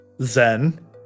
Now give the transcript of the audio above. Zen